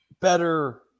better